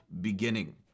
beginning